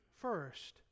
first